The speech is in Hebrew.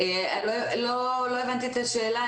לא הבנתי את השאלה.